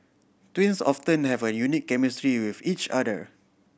twins often have a unique chemistry with each other